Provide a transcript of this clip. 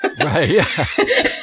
Right